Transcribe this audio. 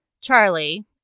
Charlie